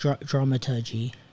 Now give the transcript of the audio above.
dramaturgy